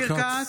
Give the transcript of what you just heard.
כץ,